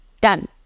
done